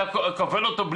אתה כובל אותו,